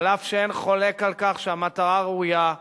אף שאין חולק שהמטרה ראויה,